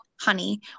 honey